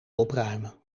opruimen